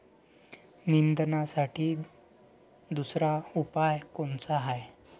निंदनासाठी दुसरा उपाव कोनचा हाये?